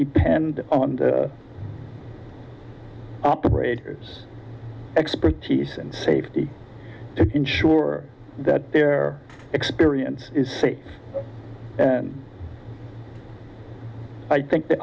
depend on the operators expertise and safety to ensure that their experience is safe and i think the